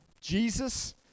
Jesus